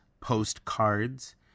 postcards